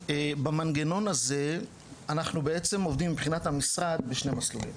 במנגנון הזה אנחנו בעצם עובדים מבחינת המשרד בשני מסלולים.